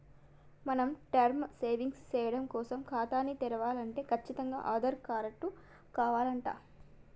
మనం term savings సేయడం కోసం ఖాతాని తెరవలంటే కచ్చితంగా ఆధార్ కారటు కావాలంట